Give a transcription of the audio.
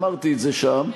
אמרתי את זה שם.